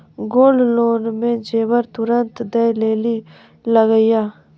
Gold loan मे जेबर तुरंत दै लेली लागेया?